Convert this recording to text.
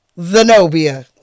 Zenobia